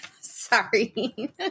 Sorry